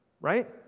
right